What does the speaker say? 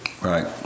right